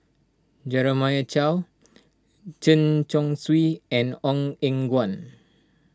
Jeremiah Choy Chen Chong Swee and Ong Eng Guan